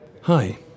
Hi